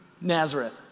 Nazareth